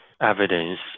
evidence